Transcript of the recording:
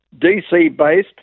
D.C.-based